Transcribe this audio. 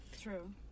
True